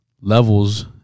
levels